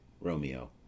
Romeo